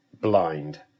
blind